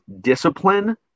discipline